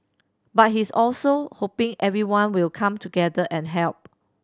but he's also hoping everyone will come together and help